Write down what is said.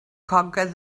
conquer